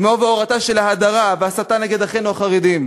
אמו והורתו של גל ההדרה וההסתה נגד אחינו החרדים,